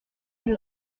lui